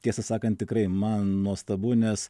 tiesą sakant tikrai man nuostabu nes